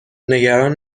نگران